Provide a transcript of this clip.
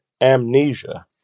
amnesia